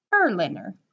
Berliner